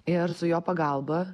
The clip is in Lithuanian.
ir su jo pagalba